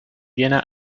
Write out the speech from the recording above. viena